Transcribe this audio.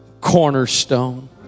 cornerstone